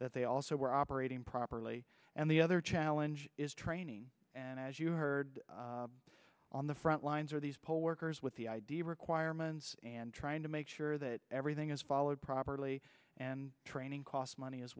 that they also were operating properly and the other challenge is training and as you heard on the front lines of these poll workers with the idea of requirements and trying to make sure that everything is followed properly and training costs money as